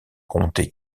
comtés